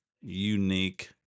unique